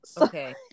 Okay